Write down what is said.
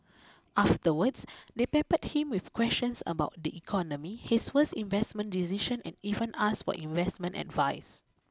afterwards they peppered him with questions about the economy his worst investment decision and even asked for investment advice